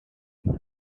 films